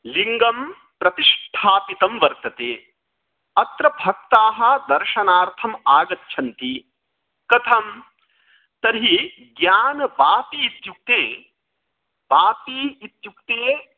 लिङ्गं प्रतिष्ठापितं वर्तते अत्र भक्ताः दर्शनार्थम् आगच्छन्ति कथं तर्हि ज्ञानवापी इत्युक्ते वापी इत्युक्ते